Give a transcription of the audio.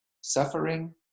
suffering